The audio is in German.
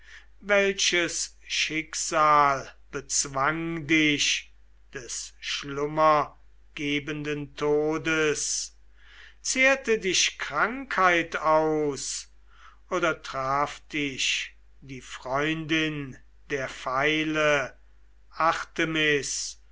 welches schicksal bezwang dich des schlummergebenden todes zehrte dich krankheit aus oder traf dich die freundin der pfeile artemis